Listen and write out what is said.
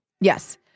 Yes